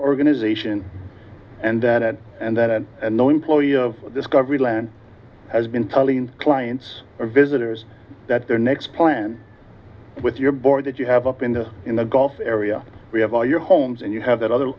organization and and that i know employees of discovery land has been telling clients visitors that their next plan with your board that you have up in the in the gulf area we have all your homes and you have that other